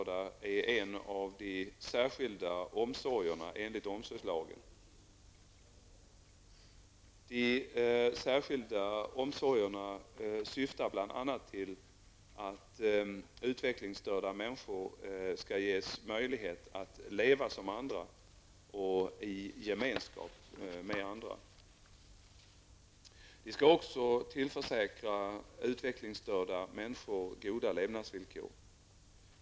De särskilda omsorgerna syftar bl.a. till att utvecklingsstörda människor skall ges möjlighet att leva som andra och i gemenskap med andra. De skall också tillförsäkra utvecklingsstörda människor goda levnadsvillkor.